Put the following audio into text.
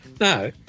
No